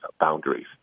boundaries